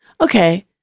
Okay